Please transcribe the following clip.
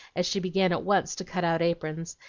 as she began at once to cut out aprons,